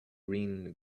green